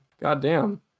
goddamn